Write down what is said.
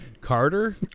carter